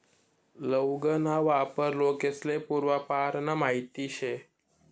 लौंग ना वापर लोकेस्ले पूर्वापारना माहित शे